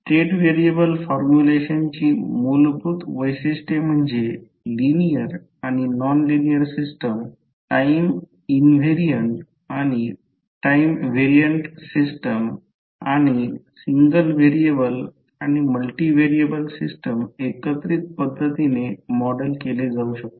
state variable फॉर्म्युलेशनची मूलभूत वैशिष्ट्ये म्हणजे लिनिअर आणि non linear system time invariant आणि टाईम व्हेरियंट सिस्टम आणि सिंगल व्हेरिएबल आणि मल्टीव्हिएबल सिस्टम एकत्रित पद्धतीने मॉडेल केले जाऊ शकते